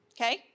Okay